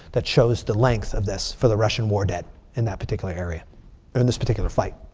that shows the length of this for the russian war dead in that particular area. and in this particular fight.